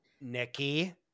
Nikki